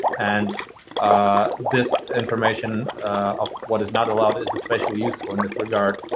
and ah this information of what is not allowed is especially useful in this regard.